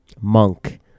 Monk